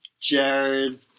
Jared